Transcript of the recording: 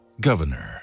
Governor